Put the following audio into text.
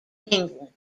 england